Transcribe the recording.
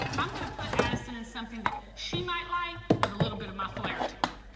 i'm gonna put addison in something that she might like with a little bit of my flair to it.